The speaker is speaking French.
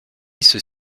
ceux